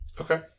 Okay